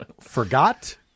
forgot